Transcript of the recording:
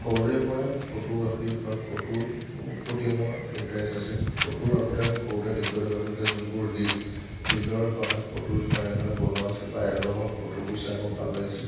সৰুৰে পৰাই ফটোগ্ৰাফী বা ফটোৰ মোৰ প্ৰতি মোৰ ইণ্টাৰেষ্ট আছিল ফটোৰ আগতে আমি সৰুতে দেখিবলৈ পাইছিলোঁ যে যোনবোৰ ৰিল ৰিলৰ সহায়ত ফটো এযোৰ কেনেধৰণে বনোৱা হৈছিল বা এলবামত ফটোবোৰ চাই মোৰ ভাল লাগিছিল